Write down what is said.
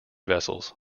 vessels